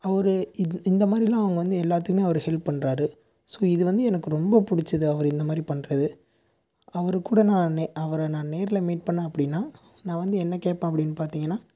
அவர் இந்தமாதிரில்லா அவங்க வந்து எல்லாத்திமே அவர் ஹெல்ப் பண்றார் ஸோ இது வந்து எனக்கு ரொம்ப பிடிச்சுது அவர் இந்தமாதிரி பண்ணுறது அவர் கூட அவர நான் நேரில் மீட் பண்ணிணேன் அப்டினா நான் வந்து என்ன கேட்பேன் அப்டினு பார்த்திங்கன்னா